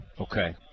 Okay